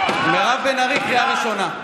מירב בן ארי, קריאה ראשונה.